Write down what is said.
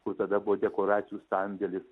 kur tada buvo dekoracijų sandėlis